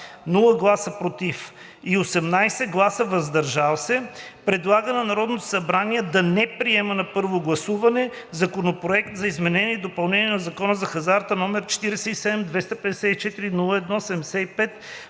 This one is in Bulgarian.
без „против“ и 18 гласа „въздържал се“ предлага на Народното събрание да не приеме на първо гласуване Законопроект за изменение и допълнение на Закона за хазарта, № 47-254-01-75,